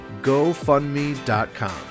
GoFundMe.com